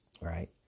Right